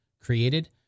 created